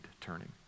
turning